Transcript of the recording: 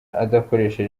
adakoresha